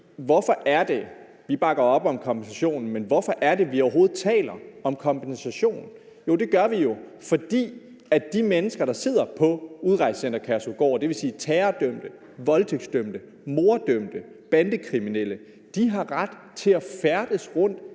Hvorfor er det, vi overhovedet taler om kompensation? Jo, det gør vi jo, fordi de mennesker, der sidder på Udrejsecenter Kærshovedgård, dvs. terrordømte, voldtægtsdømte, morddømte og bandekriminelle, har ret til at færdes rundt